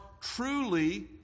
truly